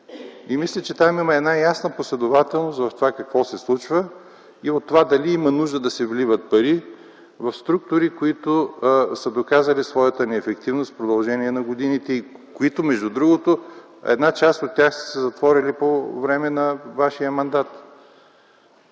заведения – там има ясна последователност за това какво се случва и дали има нужда да се вливат пари в структури, които са доказали своята неефективност в продължение на години, като част от тях са се затворили по време на вашия мандат.